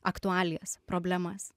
aktualijas problemas